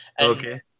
Okay